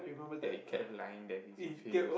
and he kept lying that it's with him